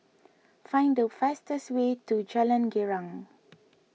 find the fastest way to Jalan Girang